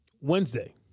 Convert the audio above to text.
Wednesday